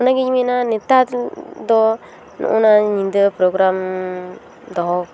ᱚᱱᱟ ᱜᱮᱧ ᱢᱮᱱᱟ ᱱᱮᱛᱟᱨ ᱫᱚ ᱱᱚᱜᱱᱟ ᱧᱤᱫᱟᱹ ᱯᱨᱳᱜᱨᱟᱢ ᱫᱚᱦᱚᱸ